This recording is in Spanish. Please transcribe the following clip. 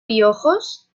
piojos